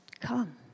come